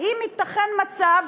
האם ייתכן מצב